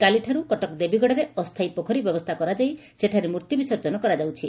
କାଲିଠାରୁ କଟକ ଦେବୀଗଡ଼ାରେ ଅସ୍ତାୟୀ ପୋଖରୀ ବ୍ୟବସ୍ଷା କରାଯାଇ ସେଠାରେ ମୂର୍ଭି ବିସର୍ଜନ କରାଯାଉଛି